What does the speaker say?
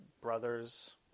brothers